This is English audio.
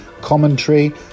commentary